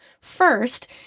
First